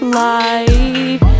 life